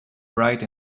bright